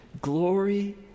glory